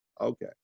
Okay